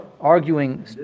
arguing